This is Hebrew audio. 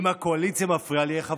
אם הקואליציה מפריעה לך,